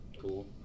Cool